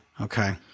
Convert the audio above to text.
Okay